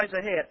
ahead